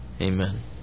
Amen